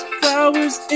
flowers